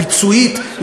ביצועית,